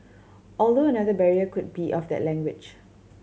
although another barrier could be of that language